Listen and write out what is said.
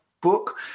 book